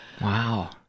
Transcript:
Wow